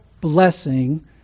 blessing